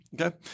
Okay